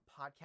podcast